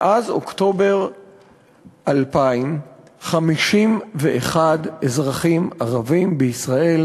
מאז אוקטובר 2000 נהרגו 51 אזרחים ערבים בישראל.